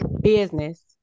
business